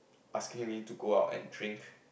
asking me to go out and drink